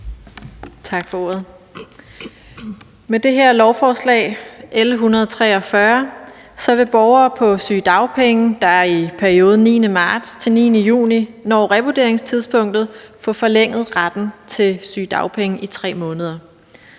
Med det her lovforslag, L 143, vil borgere på sygedagpenge, der i perioden den 9. marts til den 9. juni når revurderingstidspunktet, få forlænget retten til sygedagpenge i 3 måneder.